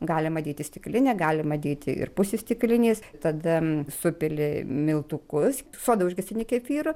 galima dėti stiklinę galima dėti ir pusį stiklinės tada supili miltukus sodą užgesini kefyru